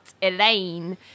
Elaine